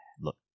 Look